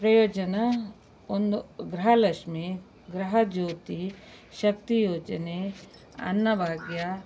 ಪ್ರಯೋಜನ ಒಂದು ಗೃಹಲಕ್ಷ್ಮಿ ಗೃಹಜ್ಯೋತಿ ಶಕ್ತಿ ಯೋಜನೆ ಅನ್ನಭಾಗ್ಯ